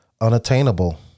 unattainable